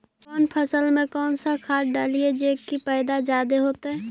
कौन फसल मे कौन सा खाध डलियय जे की पैदा जादे होतय?